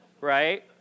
right